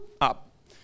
up